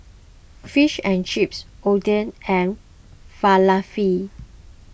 Fish and Chips Oden and Falafel